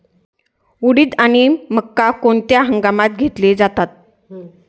उडीद आणि मका कोणत्या हंगामात घेतले जातात?